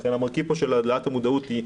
לכן המרכיב פה של העלאת המודעות הוא מאוד חשוב.